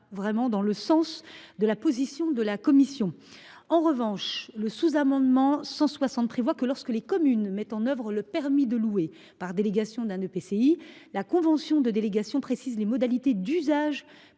fait dans le sens de la position de la commission. En revanche, le sous amendement n° 160 a pour objet de préciser que, lorsque les communes mettent en œuvre le permis de louer par délégation d’un EPCI, la convention de délégation fixe les modalités d’usage